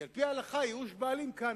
כי על-פי ההלכה, ייאוש בעלים, קני.